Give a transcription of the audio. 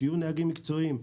שיהיו נהגים מקצועיים,